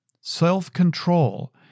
self-control